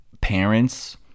parents